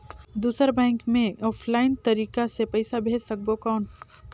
दुसर बैंक मे ऑफलाइन तरीका से पइसा भेज सकबो कौन?